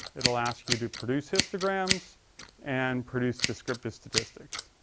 it'll ask you to produce histograms and produce descriptive statistics.